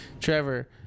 Trevor